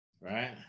right